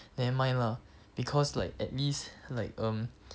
nevermind lah because like at least like um